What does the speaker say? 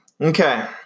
Okay